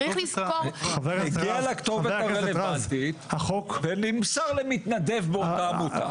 הגיע לכתובת הרלוונטית ונמסר למתנדב באותה עמותה.